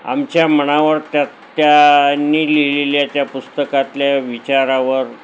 आमच्या मनावर त्या त्यांनी लिहिलेल्या त्या पुस्तकातल्या विचारावर